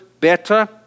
better